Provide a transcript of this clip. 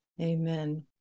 Amen